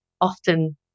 often